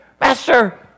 Master